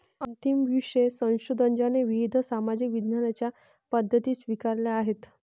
अंतिम विषय संशोधन ज्याने विविध सामाजिक विज्ञानांच्या पद्धती स्वीकारल्या आहेत